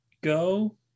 go